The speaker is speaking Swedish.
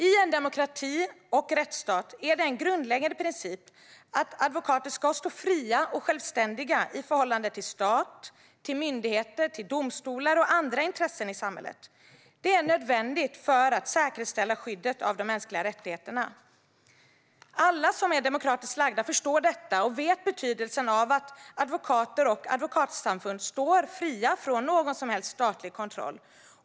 I en demokrati och rättsstat är det en grundläggande princip att advokater ska stå fria och självständiga i förhållande till stat, myndigheter, domstolar och andra intressen i samhället. Det är nödvändigt för att säkerställa skyddet av de mänskliga rättigheterna. Alla som är demokratiskt lagda förstår detta och vet betydelsen av att advokater och advokatsamfund står fria från någon som helst statlig kontroll.